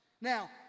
Now